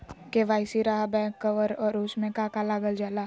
KYC रहा back cover और उसमें का का लागल जाला?